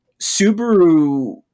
Subaru